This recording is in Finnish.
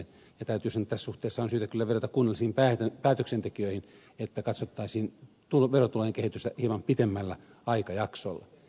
täytyy sanoa että tässä suhteessa on syytä kyllä vedota kunnallisiin päätöksentekijöihin että katsottaisiin verotulojen kehitystä hieman pitemmällä aikajaksolla